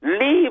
Leave